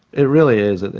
it really is,